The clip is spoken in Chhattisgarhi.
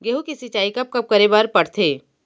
गेहूँ के सिंचाई कब कब करे बर पड़थे?